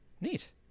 neat